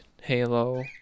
Halo